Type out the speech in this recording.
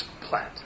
plant